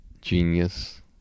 genius